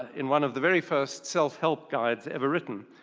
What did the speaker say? in one of the very first self-help guides ever written.